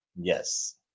Yes